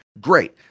Great